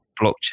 blockchain